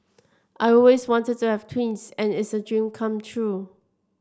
I always wanted to have twins and it's a dream come true